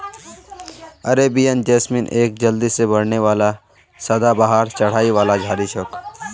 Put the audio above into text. Arabian jasmine एक जल्दी से बढ़ने वाला सदाबहार चढ़ाई वाली झाड़ी छोक